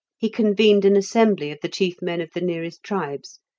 he convened an assembly of the chief men of the nearest tribes,